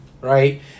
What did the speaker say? right